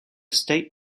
state